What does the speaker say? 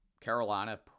Carolina